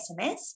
SMS